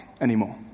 anymore